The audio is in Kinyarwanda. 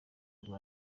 ngo